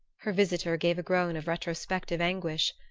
her visitor gave a groan of retrospective anguish.